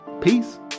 Peace